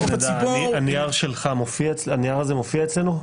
הנייר הזה מופיע אצלנו?